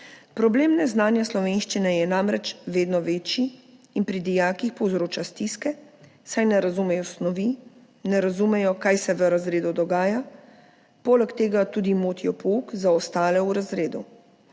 Problem neznanja slovenščine je namreč vedno večji in pri dijakih povzroča stiske, saj ne razumejo snovi, ne razumejo, kaj se v razredu dogaja, poleg tega tudi motijo pouk za ostale v razredu.